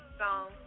song